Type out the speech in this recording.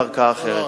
בערכאה אחרת.